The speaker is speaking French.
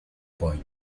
point